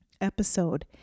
episode